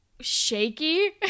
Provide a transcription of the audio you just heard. Shaky